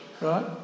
right